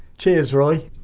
cheers roy